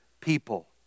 people